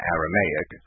Aramaic